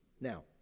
Now